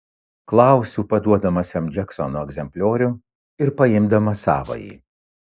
klausiu paduodamas jam džeksono egzempliorių ir paimdamas savąjį